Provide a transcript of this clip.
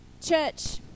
Church